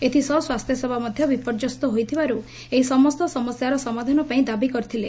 ଏଥିସହ ସ୍ୱାସ୍ସ୍ୟ ସେବା ମଧ୍ଧ ବିପର୍ଯ୍ୟସ୍ତ ହୋଇଥିବାରୁ ଏହି ସମସ୍ତ ସମସ୍ୟାର ସମାଧାନ ପାଇଁ ଦାବୀ କରିଥିଲେ